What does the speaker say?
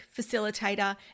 Facilitator